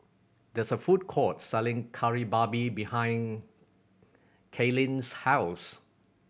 there is a food court selling Kari Babi behind Kailyn's house